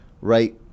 right